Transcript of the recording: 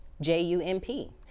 J-U-M-P